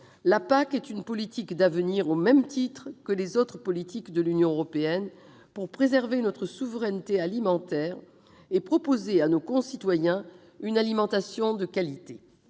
La PAC est une politique d'avenir au même titre que les autres politiques de l'Union européenne ; elle permet de préserver notre souveraineté alimentaire et de proposer à nos concitoyens une alimentation de qualité.